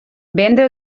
vendre